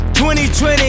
2020